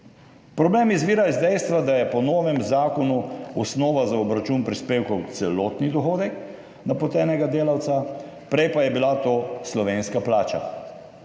Problem izvira iz dejstva, da je po novem zakonu osnova za obračun prispevkov celotni dohodek napotenega delavca, prej pa je bila to slovenska plača.